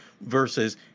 versus